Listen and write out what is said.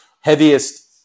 heaviest